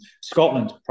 Scotland